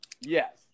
Yes